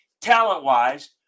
talent-wise